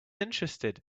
interested